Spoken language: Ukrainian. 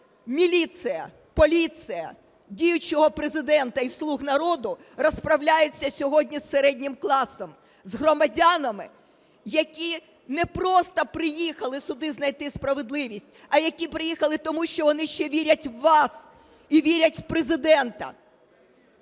міліція, поліція діючого Президента і "слуг народу" розправляється сьогодні з середнім класом, з громадянами, які не просто приїхали сюди знайти справедливість, а які приїхали тому, що ще вірять у вас і вірять у Президента.